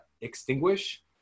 extinguish